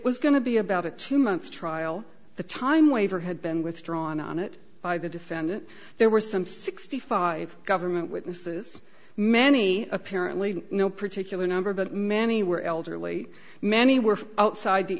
was going to be about a two month trial the time waiver had been withdrawn on it by the defendant there were some sixty five government witnesses many apparently no particular number but many were elderly many were outside the